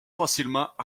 facilement